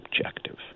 objective